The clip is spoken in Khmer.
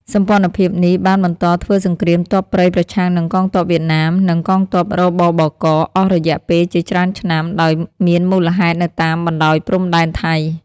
សម្ព័ន្ធភាពនេះបានបន្តធ្វើសង្គ្រាមទ័ពព្រៃប្រឆាំងនឹងកងទ័ពវៀតណាម និងកងទ័ព រ.ប.ប.ក. អស់រយៈពេលជាច្រើនឆ្នាំ ដោយមានមូលដ្ឋាននៅតាមបណ្ដោយព្រំដែនថៃ ។